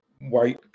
white